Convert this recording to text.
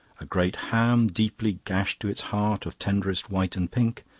a great ham, deeply gashed to its heart of tenderest white and pink,